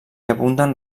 abunden